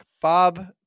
Bob